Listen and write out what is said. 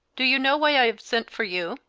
do you know why i have sent for you?